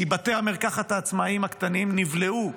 כי בתי המרקחת העצמאיים הקטנים נבלעו,